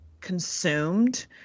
consumed –